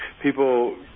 People